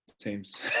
teams